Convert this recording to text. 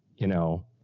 you know,